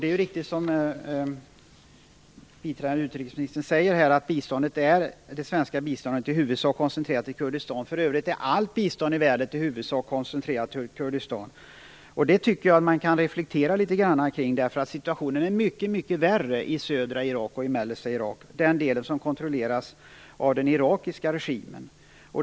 Det är riktigt som biträdande utrikesministern säger att det svenska biståndet i huvudsak är koncentrerat till Kurdistan. För övrigt är allt bistånd i huvudsak koncentrerat till Kurdistan. Jag tycker att man kan reflektera över det. Situationen är nämligen mycket värre i södra och mellersta Irak - den del som kontrolleras av den irakiska regimen.